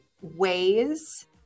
ways